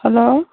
hello